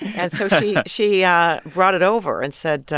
and so she she yeah brought it over and said,